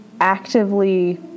actively